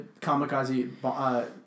kamikaze